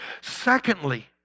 Secondly